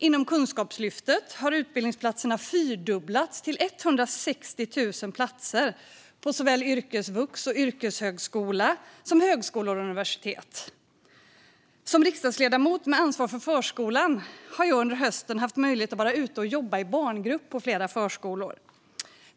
Inom Kunskapslyftet har utbildningsplatserna fyrdubblats till 160 000 platser på såväl yrkesvux och yrkeshögskola som högskolor och universitet. Som riksdagsledamot med ansvar för förskolan har jag under hösten haft möjlighet att vara ute och jobba i barngrupp på flera förskolor.